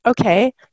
okay